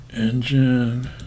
Engine